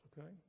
Okay